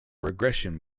regression